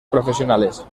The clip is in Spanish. profesionales